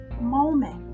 moment